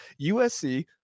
USC